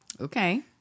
Okay